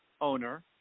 owner